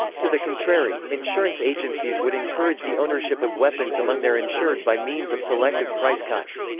to the contrary, insurance agencies would encourage the ownership of weapons among their insured by means of selective price cuts.